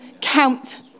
count